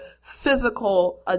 physical